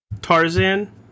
Tarzan